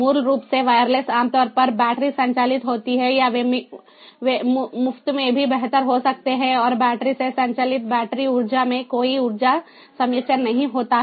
मूल रूप से वायरलेस आमतौर पर बैटरी संचालित होते हैं या वे मुफ्त में भी बेहतर हो सकते हैं और बैटरी से संचालित बैटरी ऊर्जा में कोई ऊर्जा संचयन नहीं होता है